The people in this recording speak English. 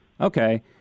Okay